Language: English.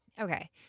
Okay